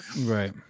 Right